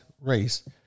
race